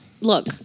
look